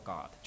God